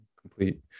complete